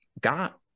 got